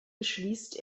beschließt